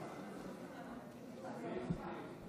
(אומרת דברים בשפת